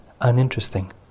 uninteresting